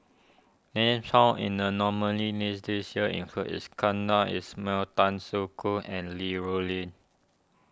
names found in the nominees' list this year include Iskandar Ismail Tan Soo Khoon and Li Rulin